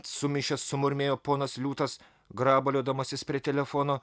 sumišęs sumurmėjo ponas liūtas grabaliodamasis prie telefono